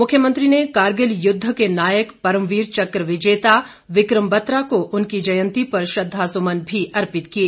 मुख्यमंत्री ने कारगिल युद्ध के नायक परमवीर चक्र विजेता विक्रम बत्रा को उनकी जयंती पर श्रद्दासुमन भी अर्पित किए